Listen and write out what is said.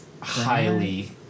highly